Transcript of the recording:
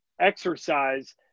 exercise